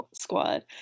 Squad